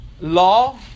law